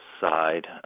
side